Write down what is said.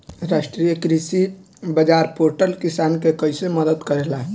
राष्ट्रीय कृषि बाजार पोर्टल किसान के कइसे मदद करेला?